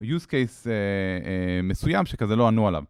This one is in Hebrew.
use case מסוים שכזה לא ענו עליו.